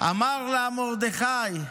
אמר לה מרדכי: